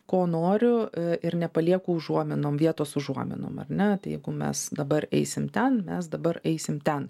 ko noriu ir nepalieku užuominom vietos užuominom ar ne tai jeigu mes dabar eisim ten mes dabar eisim ten